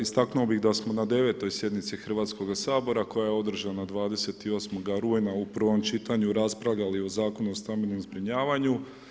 Istaknuo bih da smo na 9-toj sjednici HS-a koja je održana 28. rujna u prvom čitanju raspravljali o Zakonu o stambenom zbrinjavali.